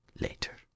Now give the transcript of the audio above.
later